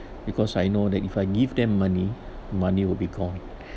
because I know that if I give them money money will be gone